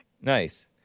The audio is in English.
Nice